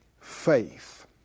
faith